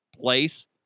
place